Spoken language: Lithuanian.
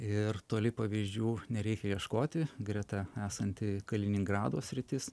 ir toli pavyzdžių nereikia ieškoti greta esanti kaliningrado sritis